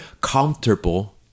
comfortable